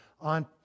on